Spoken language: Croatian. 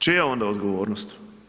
Čija je onda odgovornost?